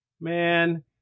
man